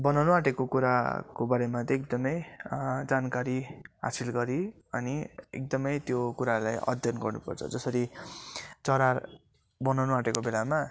बनाउनु आँटेको कुराको बारेमा चाहिँ एकदमै जानकारी हासिल गरी अनि एकदमै त्यो कुरालाई अध्ययन गर्नु पर्छ जसरी चरा बनाउनु आँटेको बेलामा